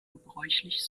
gebräuchlich